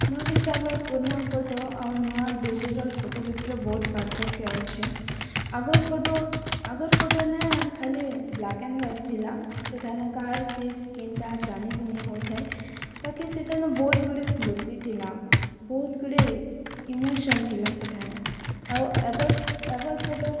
ମୋର୍ ହିସାବେ ପୁର୍ନା ଫୋଟୋ ଆଉ ନୂଆ ଡିଜିଟାଲ୍ ଫୋଟୋ ଭିତ୍ରେ ବହୁତ୍ ପାର୍ଥକ୍ୟ ଅଛେ ଆଗର୍ ଫୋଟୋ ଆଗର୍ ଫୋଟୋନେ ଖାଲି ବ୍ଲାକ୍ ଆଣ୍ଡ୍ ହ୍ୱାଇଟ୍ ଥିଲା ସେଠାନେ କାହାରିର୍ ଫେସ୍ କେନ୍ଟା ଜାନି ବି ନାଇ ହେଉ ଥାଇ ବାକି ସେଇଟା ନା ବହୁତ୍ ଗୁଡ଼େ ସ୍ମୃତି ଥିଲା ବହୁତ୍ ଗୁଡ଼େ ଇମୋସୋନ୍ ଥିଲା ସେଠାନେ ଆଉ ଏଭର୍ ଏଭର୍ ଫୋଟୋ